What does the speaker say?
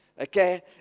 Okay